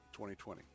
2020